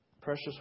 Precious